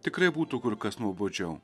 tikrai būtų kur kas nuobodžiau